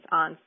on